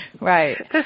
Right